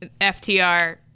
FTR